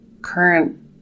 current